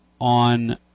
on